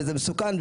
וזה מסוכן.